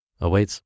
awaits